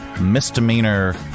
misdemeanor